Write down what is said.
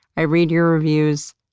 i read your reviews.